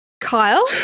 Kyle